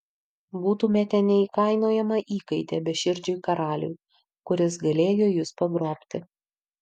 būtumėte neįkainojama įkaitė beširdžiui karaliui kuris galėjo jus pagrobti